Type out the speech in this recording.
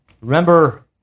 Remember